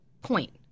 point